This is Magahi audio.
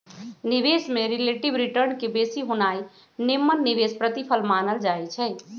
निवेश में रिलेटिव रिटर्न के बेशी होनाइ निम्मन निवेश प्रतिफल मानल जाइ छइ